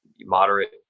moderate